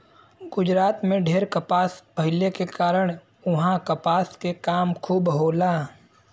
गुजरात में ढेर कपास भइले के कारण उहाँ कपड़ा के काम खूब होला